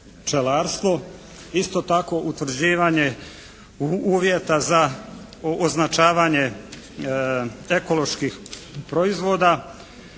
točno utvrditi uvjeti za označavanje ekološkog proizvoda.